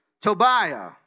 Tobiah